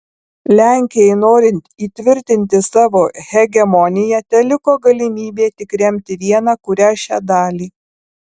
lenkijai norint įtvirtinti savo hegemoniją teliko galimybė tik remti vieną kurią šią dalį